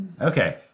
Okay